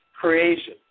creation